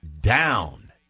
down